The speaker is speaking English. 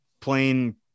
plain